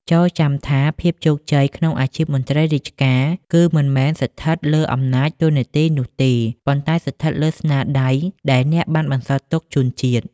ចូរចាំថា ភាពជោគជ័យក្នុងអាជីពមន្ត្រីរាជការ គឺមិនមែនស្ថិតលើអំណាចតួនាទីនោះទេ ប៉ុន្តែស្ថិតលើស្នាដៃដែលអ្នកបានបន្សល់ទុកជូនជាតិ។